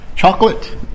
Chocolate